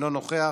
אינו נוכח.